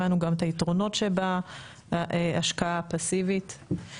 הבנו גם את היתרונות שבהשקעה הפאסיבית.